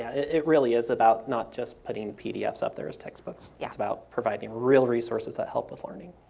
it really is about not just putting pdf up there as textbooks yeah it's about providing real resources that help with learning.